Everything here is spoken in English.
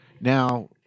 Now